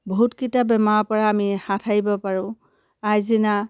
বহুতকেইটা বেমাৰৰ পৰা আমি হাত সাৰিব পাৰোঁ আইজিনা